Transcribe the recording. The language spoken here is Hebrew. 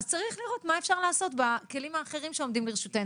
אז צריך לראות מה אפשר לעשות בכלים האחרים שעומדים לרשותנו.